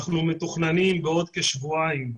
אנחנו מתוכננים בעוד כשבועיים,